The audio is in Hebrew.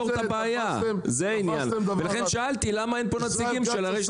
את הבעיה ולכן שאלתי למה אין פה נציגים של רשת